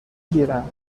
گیرم